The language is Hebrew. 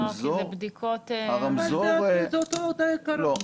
זה אותו עיקרון.